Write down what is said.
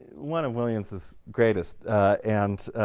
one of williams's greatest and